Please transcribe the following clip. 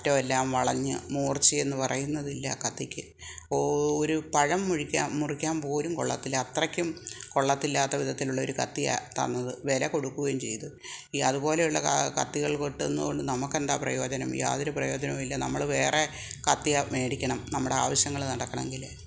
അറ്റമെല്ലാം വളഞ്ഞ് മൂർച്ചയെന്ന് പറയുന്നത് ഇല്ല കത്തിക്ക് ഒരു പഴം മുഴിക്കാൻ മുറിക്കാൻ പോലും കൊള്ളത്തില്ല അത്രക്കും കൊള്ളത്തില്ലാത്ത വിധത്തിലുള്ള ഒരു കത്തിയാണ് തന്നത് വില കൊടുക്കുകയും ചെയ്തു ഈ അതുപോലുള്ള ക കത്തികൾ കിട്ടുന്നത് കൊണ്ട് നമുക്കെന്താണ് പ്രയോജനം യാതൊരു പ്രയോജനവും ഇല്ല നമ്മൾ വേറെ കത്തി മേടിക്കണം നമ്മുടെ ആവശ്യങ്ങൾ നടക്കണമെങ്കിൽ